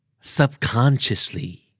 subconsciously